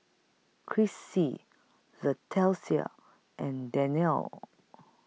Chrissie Leticia and Darnell